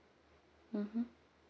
mmhmm